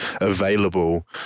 available